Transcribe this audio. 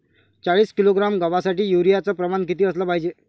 चाळीस किलोग्रॅम गवासाठी यूरिया च प्रमान किती असलं पायजे?